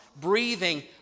breathing